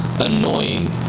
annoying